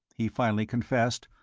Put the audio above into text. he finally confessed,